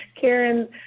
karen